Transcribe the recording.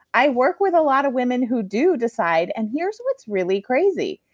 i work with a lot of women who do decide. and here's what's really crazy.